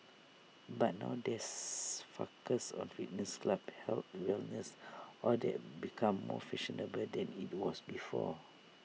but now there's focus on fitness clubs health wellness all that becomes more fashionable than IT was before